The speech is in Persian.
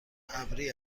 ابری